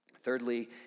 Thirdly